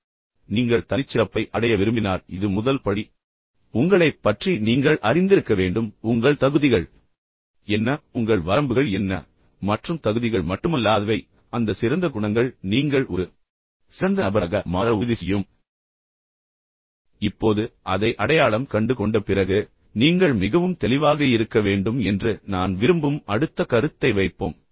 நீங்கள் தனிச்சிறப்பை தனிச்சிறப்பை அடைய விரும்பினால் இது முதல் படி என்பதைக் கண்டறியவும் உங்களைப் பற்றி நீங்கள் அறிந்திருக்க வேண்டும் உங்கள் தகுதிகள் என்ன உங்கள் வரம்புகள் என்ன மற்றும் தகுதிகள் மட்டுமல்லாதவை அந்த சிறந்த குணங்கள் நீங்கள் நிச்சயமாக ஒரு சிறந்த நபராக மாறுவீர்கள் என்பதை என்பதை உறுதிசெய்யும் இப்போது அதை அடையாளம் கண்டுகொண்ட பிறகு நீங்கள் மிகவும் தெளிவாக இருக்க வேண்டும் என்று நான் விரும்பும் அடுத்த கருத்தை வைப்போம்